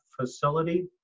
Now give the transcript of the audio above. facility